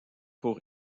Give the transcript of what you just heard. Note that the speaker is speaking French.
pour